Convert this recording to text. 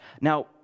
Now